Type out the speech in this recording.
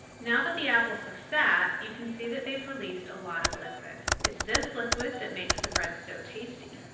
now that the apples have sat, you can see that they've released a lot of liquid. it's this liquid that makes this bread so tasty.